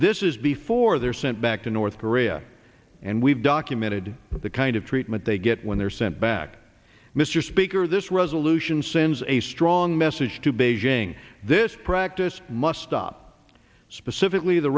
this is before they're sent back to north korea and we've documented the kind of treatment they get when they're sent back mr speaker this resolution sends a strong message to beijing this practice must stop specifically the